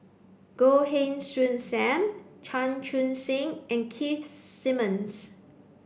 Goh Heng Soon Sam Chan Chun Sing and Keith Simmons